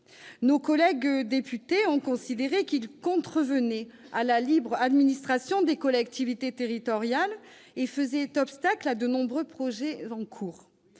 Nos collègues députés ont considéré que celui-ci contrevenait à la libre administration des collectivités territoriales et faisait obstacle à de nombreux projets en cours.